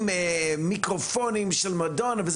עם מיקרופונים של מדונה וכו',